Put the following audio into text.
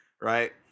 Right